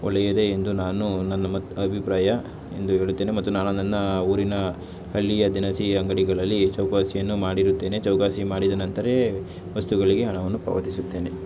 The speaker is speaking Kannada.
ಒಳ್ಳೆಯದೇ ಎಂದು ನಾನು ನನ್ನ ಮತ್ತು ಅಭಿಪ್ರಾಯ ಎಂದು ಹೇಳುತ್ತೇನೆ ಮತ್ತು ನಾನು ನನ್ನ ಊರಿನ ಹಳ್ಳಿಯ ದಿನಸಿ ಅಂಗಡಿಗಳಲ್ಲಿ ಚೌಕಾಸಿಯನ್ನು ಮಾಡಿರುತ್ತೇನೆ ಚೌಕಾಸಿ ಮಾಡಿದ ನಂತರವೇ ವಸ್ತುಗಳಿಗೆ ಹಣವನ್ನು ಪಾವತಿಸುತ್ತೇನೆ